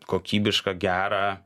kokybišką gerą